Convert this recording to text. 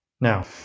Now